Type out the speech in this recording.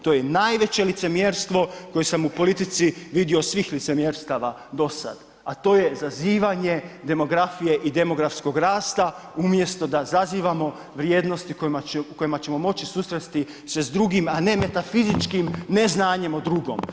To je najveće licemjerstvo koje sam u politici vidio od svih licemjerstava dosad, a to je zazivanje demografije i demografskog rasta umjesto da zazivamo vrijednosti u kojima ćemo moći susresti se s drugim, a ne metafizičkim neznanjem o drugom.